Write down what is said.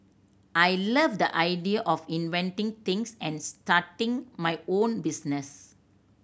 I love the idea of inventing things and starting my own business